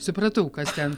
supratau kas ten